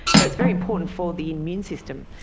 so it's very important for the immune system.